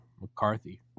McCarthy